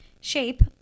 shape